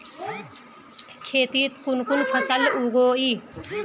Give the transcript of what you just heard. खेतीत कुन कुन फसल उगेई?